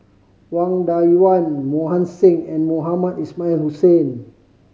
Wang Dayuan Mohan Singh and Mohamed Ismail Hussain